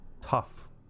tough